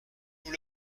nous